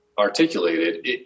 articulated